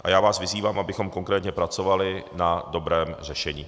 A já vás vyzývám, abychom konkrétně pracovali na dobrém řešení.